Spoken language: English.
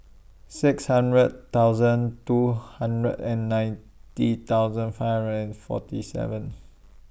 six hundred thousand two hundred and ninety thousand five hundred and forty seven